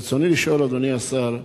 רצוני לשאול, אדוני השר: